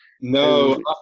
No